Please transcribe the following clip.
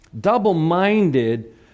Double-minded